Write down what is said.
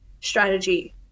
strategy